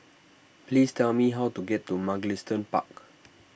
please tell me how to get to Mugliston Park